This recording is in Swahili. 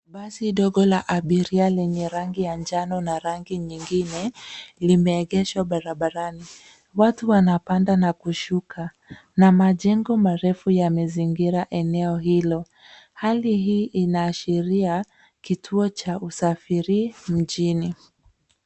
Basi dogo la abiria lenye rangi ya njano na rangi nyingine limeegeshwa barabarani. Watu wanapanda na kushuka na majengo marefu yamezingira eneo hilo. Hali hii inaashiria kituo cha usafiri mjini.